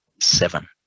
seven